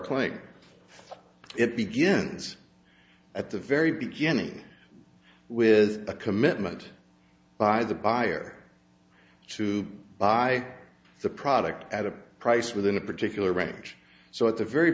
claim it begins at the very beginning with a commitment by the buyer to buy the product at a price within a particular range so at the very